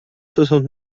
soixante